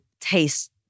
taste